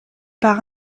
part